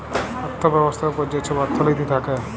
অথ্থ ব্যবস্থার উপর যে ছব অথ্থলিতি থ্যাকে